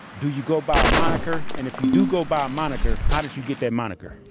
do you go by a moniker? and if you do go by a moniker, how did you get that moniker?